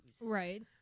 Right